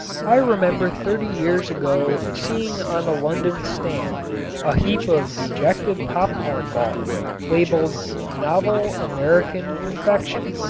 i remember thirty years ago seeing on a london stand a heap of dejected popcorn balls labeled novel american confection.